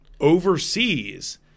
overseas